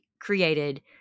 created